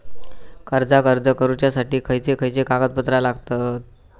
कर्जाक अर्ज करुच्यासाठी खयचे खयचे कागदपत्र लागतत